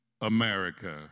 America